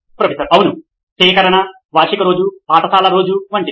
professor అవును సేకరణ వార్షిక రోజు పాఠశాల రోజు వంటిది